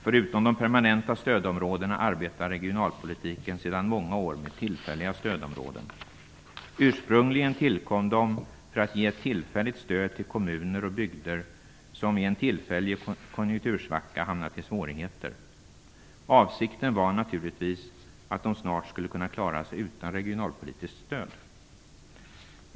Förutom med de permanenta stödområdena arbetar man inom regionalpolitiken sedan många år tillbaka med tillfälliga stödområden. Ursprungligen tillkom de för att ge tillfälligt stöd till kommuner och bygder som i en tillfällig konjunktursvacka hamnat i svårigheter. Avsikten var naturligtvis att de snart skulle kunna klara sig utan regionalpolitiskt stöd.